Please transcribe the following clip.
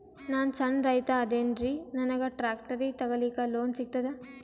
ನಾನ್ ಸಣ್ ರೈತ ಅದೇನೀರಿ ನನಗ ಟ್ಟ್ರ್ಯಾಕ್ಟರಿ ತಗಲಿಕ ಲೋನ್ ಸಿಗತದ?